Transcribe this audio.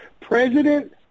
President